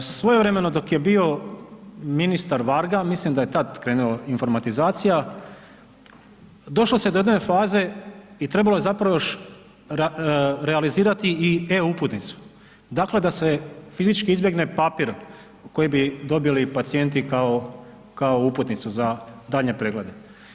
Svojevremeno dok je bio ministar Varga, mislim da je tada krenula informatizacija, došlo se do jedne faze i trebalo je još realizirati i e-Uputnicu, dakle da se fizički izbjegne papir koji bi dobili pacijenti kao uputnicu za daljnje preglede.